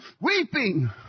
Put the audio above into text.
weeping